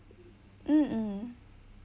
mm mm